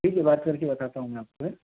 ठीक है बात करके बताता हूँ मैं आपको हैं